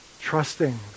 trusting